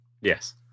Yes